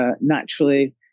naturally